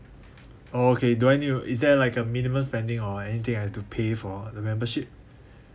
okay do I need to is there like a minimum spending or anything I have to pay for the membership